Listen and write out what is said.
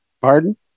Pardon